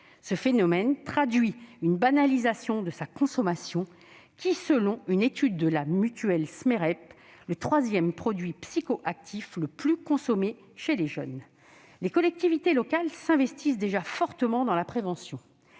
Ce phénomène traduit une banalisation de sa consommation, qui, selon une étude de la mutuelle SMEREP, serait le troisième produit psychoactif le plus consommé chez les jeunes. Les collectivités locales s'investissent déjà fortement dans la prévention.